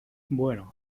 bueno